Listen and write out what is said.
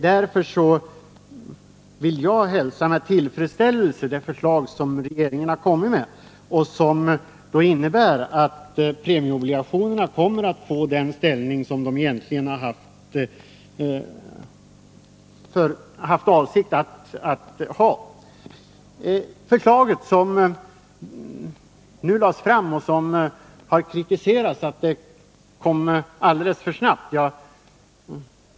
Därför vill jag med tillfredsställelse hälsa det förslag som regeringen har kommit med och som innebär att premieobligationerna får den ställning som det var avsikten att de skulle ha. Förslaget som nu lades fram har kritiserats för att det kom alldeles för snabbt.